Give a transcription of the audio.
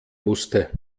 musste